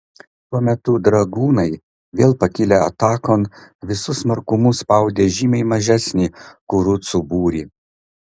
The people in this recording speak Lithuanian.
tuo metu dragūnai vėl pakilę atakon visu smarkumu spaudė žymiai mažesnį kurucų būrį